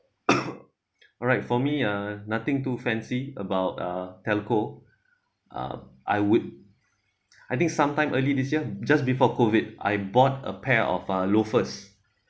alright for me uh nothing too fancy about uh telco um I would I think sometime early this year just before COVID I bought a pair of a loafers